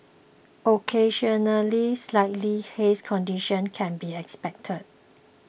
occasionally slightly hazy conditions can be expected